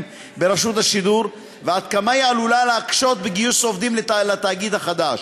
ברשות השידור ועד כמה הוא עלול להקשות בגיוס עובדים לתאגיד החדש.